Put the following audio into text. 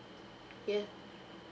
yeah